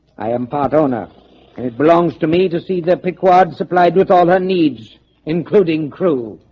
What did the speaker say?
i am part owner and it belongs to me to see the pequod supplied with all her needs including crew.